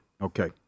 Okay